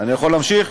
אני יכול להמשיך?